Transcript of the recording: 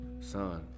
Son